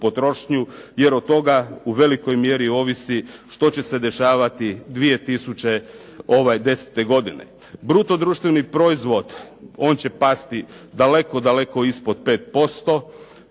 jer od toga u velikoj mjeri ovisi što će se dešavati 2010. godine. Bruto društveni proizvod, on će pasti daleko ispod 5%